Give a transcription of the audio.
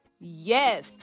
Yes